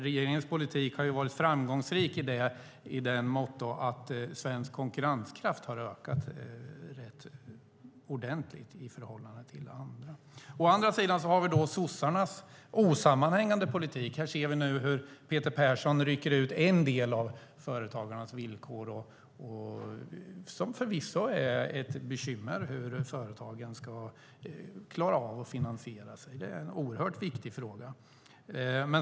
Regeringens politik har varit framgångsrik i så måtto att svensk konkurrenskraft har ökat ordentligt i förhållande till andra. Å andra sidan har vi sossarnas osammanhängande politik. Här ser vi hur Peter Persson rycker ut en del av företagarnas villkor, och förvisso är det ett bekymmer hur företagen ska klara av att finansiera sig. Det är en oerhört viktig fråga.